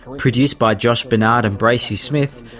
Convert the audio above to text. produced by josh bernhard and bracey smith,